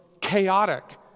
chaotic